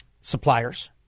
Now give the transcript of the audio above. suppliers